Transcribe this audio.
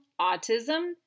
autism